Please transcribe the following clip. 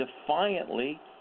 defiantly